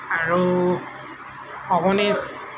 আৰু অৱনীশ